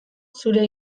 zure